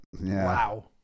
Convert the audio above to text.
Wow